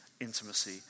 intimacy